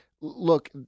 look